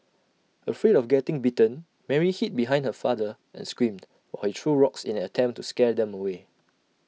afraid of getting bitten Mary hid behind her father and screamed while he threw rocks in an attempt to scare them away